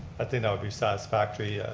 i think that would be satisfactory.